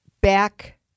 back